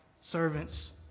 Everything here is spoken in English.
servants